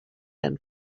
and